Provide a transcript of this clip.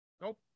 nope